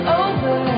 over